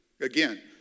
again